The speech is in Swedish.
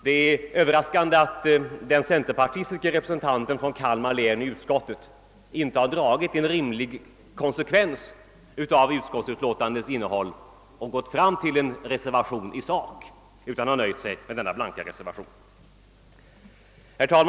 Det är överraskande att den centerpartistiske representanten från Kalmar län i utskottet inte har dragit en rimlig konsekvens av utskottsutlåtandets innehåll och avlämnat en reservation i sak, utan nöjt sig med en blank reservation.